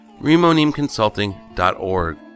remonimconsulting.org